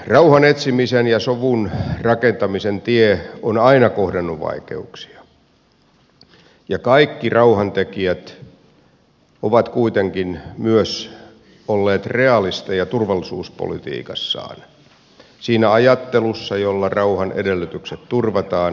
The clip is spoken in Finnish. rauhan etsimisen ja sovun rakentamisen tie on aina kohdannut vaikeuksia ja kaikki rauhantekijät ovat kuitenkin myös olleet realisteja turvallisuuspolitiikassaan siinä ajattelussa jolla rauhan edellytykset turvataan